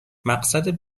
مقصد